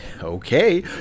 Okay